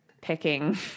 picking